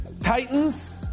Titans